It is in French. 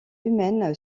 humaine